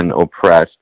oppressed